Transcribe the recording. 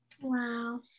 Wow